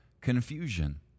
confusion